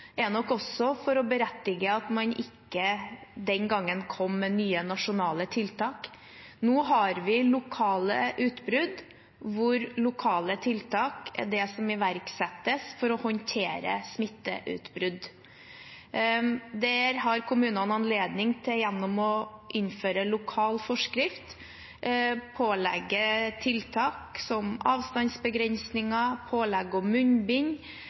er nok også for å berettige at man ikke denne gangen kom med nye nasjonale tiltak. Nå har vi lokale utbrudd, hvor lokale tiltak er det som iverksettes for å håndtere smitteutbrudd. Der har kommunene anledning, gjennom å innføre lokal forskrift, til å pålegge tiltak som